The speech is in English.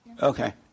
Okay